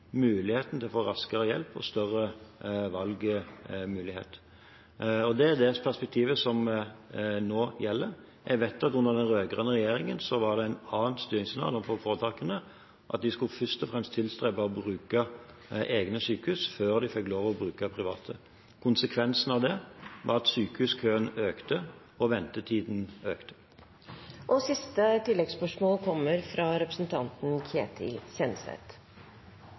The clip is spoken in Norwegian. muligheten til å få raskere hjelp og større valgmulighet. Det er det perspektivet som nå gjelder. Jeg vet at under den rød-grønne regjeringen var det et annet styringssignal overfor foretakene, at de først og fremst skulle tilstrebe å bruke egne sykehus før de fikk lov til å bruke private. Konsekvensen av det var at sykehuskøene og ventetiden økte. Ketil Kjenseth – til siste